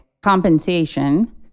compensation